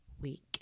week